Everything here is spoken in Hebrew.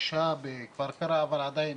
אישה בכפר קרע, אבל עדיין